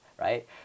right